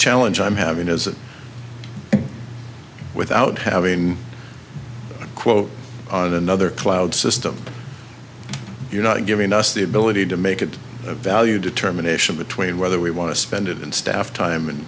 challenge i'm having is that without having a quote on another cloud system you're not giving us the ability to make it a value determination between whether we want to spend it in staff time